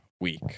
Week